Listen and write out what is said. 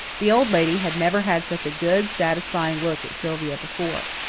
the old lady had never had such a good, satisfying look at sylvia before.